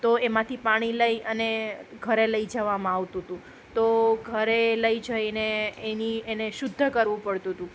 તો એમાંથી પાણી લઈ અને ઘરે લઈ જવામાં આવતું હતું તો ઘરે લઈ જઈને એની એને શુદ્ધ કરવું પડતું હતું